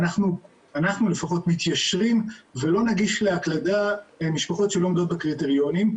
אנחנו לפחות מתיישרים ולא נגיש להקלדה משפחות שלא עומדות בקריטריונים,